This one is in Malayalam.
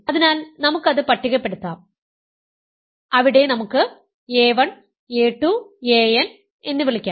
അതിനാൽ നമുക്ക് അത് പട്ടികപ്പെടുത്താം അതിനാൽ അവിടെ നമുക്ക് a 1 a 2 a n എന്ന് വിളിക്കാം